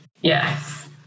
yes